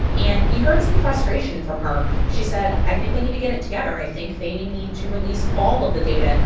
and you heard some frustration from her. she said, i think they need to get it together. i think they need to release all of the data.